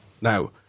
Now